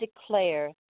declare